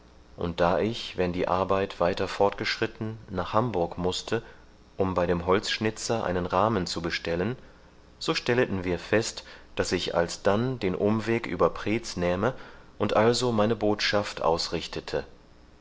und da ich wenn die arbeit weiter vorgeschritten nach hamburg mußte um bei dem holzschnitzer einen rahmen zu bestellen so stelleten wir fest daß ich alsdann den umweg über preetz nähme und also meine botschaft ausrichtete